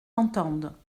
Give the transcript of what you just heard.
entende